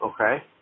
Okay